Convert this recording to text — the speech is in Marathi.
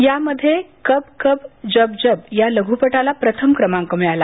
या मध्ये कब कब जब जब या लघ्पटाला प्रथम क्रमांक मिळाला